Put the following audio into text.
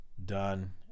done